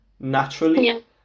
naturally